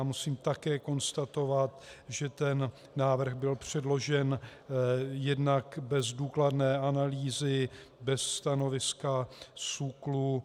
Musím také konstatovat, že ten návrh byl předložen jednak bez důkladné analýzy, bez stanoviska SÚKLu.